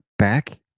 Back